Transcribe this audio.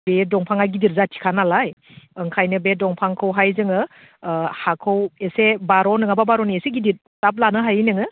बे दंफाङा गिदिर जाथिखा नालाय ओंखायनो बे दंफांखौहाय जोङो हाखौ एसे बार' नङाबा बार'नि एसे गिदिर टाब लानो हायो नोङो